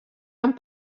amb